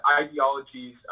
ideologies